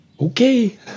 okay